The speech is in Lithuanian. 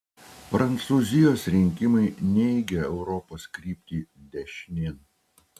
prancūzijos rinkimai neigia europos kryptį dešinėn